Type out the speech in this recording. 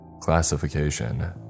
Classification